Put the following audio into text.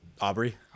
Aubrey